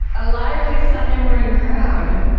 a lively sunday morning crowd